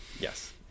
Yes